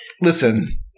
Listen